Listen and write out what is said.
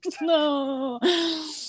No